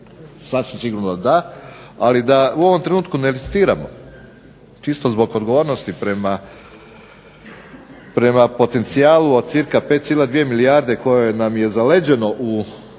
sasvim sigurno da, ali da u ovom trenutku ne …/Ne razumije se./… čisto zbog odgovornosti prema potencijalu od cirka 5,2 milijarde koje nam je zaleđeno u,